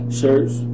shirts